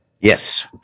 Yes